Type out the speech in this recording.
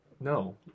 No